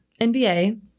NBA